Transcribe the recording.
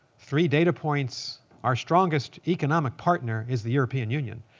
three data points our strongest economic partner is the european union.